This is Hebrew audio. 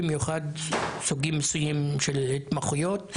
במיוחד סוגים מסוימים של התמחויות,